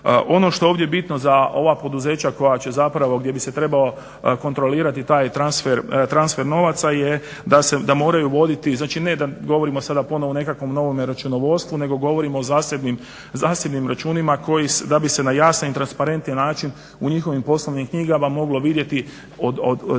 Ono što je ovdje bitno za ova poduzeća koja će zapravo gdje bi se trebao kontrolirati taj transfer novaca je da moraju voditi, znači ne da govorimo sada ponovo o nekakvom novom računovodstvu nego govorimo o zasebnim računima koji da bi se na jasan i transparentan način u njihovim poslovnim knjigama moglo vidjeti znači